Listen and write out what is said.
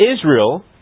Israel